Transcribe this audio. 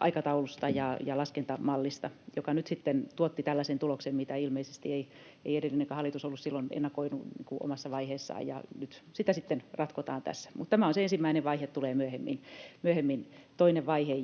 aikataulusta ja laskentamallista, joka nyt sitten tuotti tällaisen tuloksen, mitä ilmeisesti ei edellinenkään hallitus ollut silloin ennakoinut omassa vaiheessaan, ja nyt sitä sitten ratkotaan tässä. Tämä on se ensimmäinen vaihe, ja tulee myöhemmin toinen vaihe.